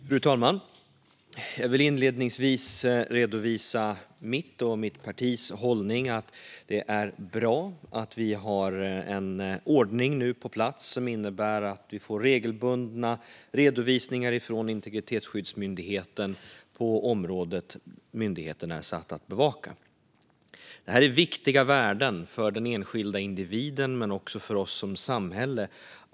Fru talman! Jag vill inledningsvis redovisa mitt och mitt partis hållning att det är bra att vi nu har på plats en ordning som innebär att vi får regelbundna redovisningar från Integritetsskyddsmyndigheten på det område som myndigheten är satt att bevaka. Det är fråga om viktiga värden att värna och bevara för den enskilda individen men också för oss som samhälle.